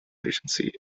agency